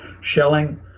shelling